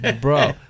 bro